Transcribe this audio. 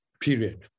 period